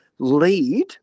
lead